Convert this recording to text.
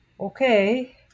okay